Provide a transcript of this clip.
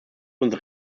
unsere